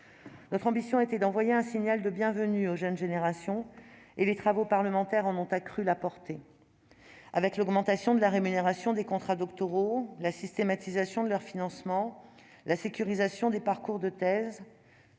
Notre ambition était d'envoyer un signal de bienvenue aux jeunes générations : les travaux parlementaires en ont accru la portée. L'augmentation de la rémunération des contrats doctoraux et la systématisation de leur financement, ainsi que la sécurisation des parcours de thèse